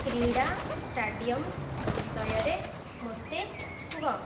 କ୍ରୀଡ଼ା ଷ୍ଟାଡ଼ିୟମ୍ ବିଷୟରେ ମୋତେ କୁହ